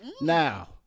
Now